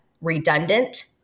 redundant